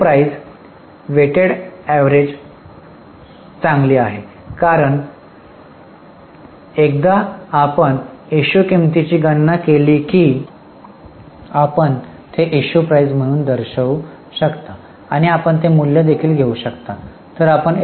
issue price भारित सरासरी चांगली आहे कारण एकदा आपण इश्यू किंमतीची गणना केली की आपण ते इश्यू प्राइस म्हणून दर्शवू शकता आणि आपण ते मूल्य देखील घेऊ शकता